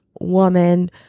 woman